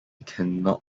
cannot